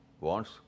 wants